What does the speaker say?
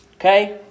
Okay